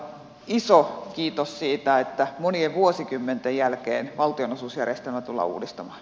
iso kiitos siitä että monien vuosikymmenten jälkeen valtionosuusjärjestelmä tullaan uudistamaan